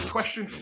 Question